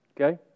okay